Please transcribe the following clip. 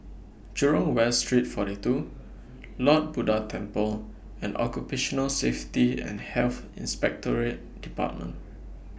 Jurong West Street forty two Lord Buddha Temple and Occupational Safety and Health Inspectorate department